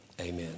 amen